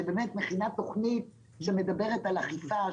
שבאמת מכינה תוכנית שמדברת על אכיפה,